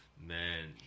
man